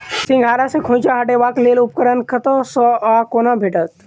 सिंघाड़ा सऽ खोइंचा हटेबाक लेल उपकरण कतह सऽ आ कोना भेटत?